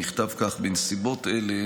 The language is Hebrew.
נכתב כך: בנסיבות אלה,